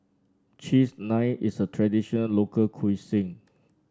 Cheese Naan is a traditional local cuisine